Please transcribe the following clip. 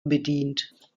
bedient